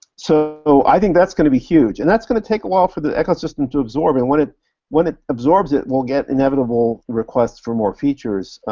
so i think that's gonna be huge, and that's gonna take awhile for the ecosystem to absorb, and when it when it absorbs it, we'll get inevitable requests for more features,